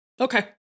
Okay